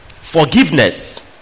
Forgiveness